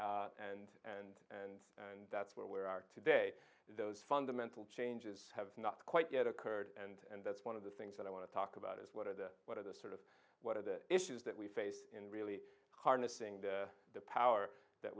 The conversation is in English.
medicine and and and that's where we're at today those fundamental changes have not quite yet occurred and that's one of the things that i want to talk about is what are the what are the sort of what are the issues that we face in really harnessing the power that